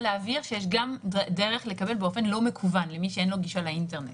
להבהיר שיש גם דרך לקבל באופן לא מקוון למי שאין לו גישה לאינטרנט.